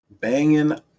banging